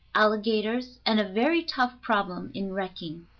alligators, and a very tough problem in wrecking